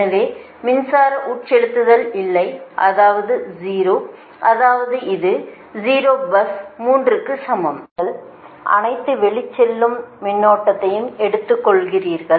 எனவேமின்சார உட்செலுத்துதல் இல்லை அதாவது 0 அதாவது இது 0 பஸ் 3 க்கு சமம் நீங்கள் அனைத்து வெளிச்செல்லும் மின்னோட்டத்தையும் எடுத்துக் கொள்கிறீர்கள்